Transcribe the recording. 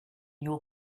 your